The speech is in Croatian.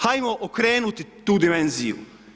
Hajmo okrenuti tu dimenziju.